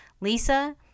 Lisa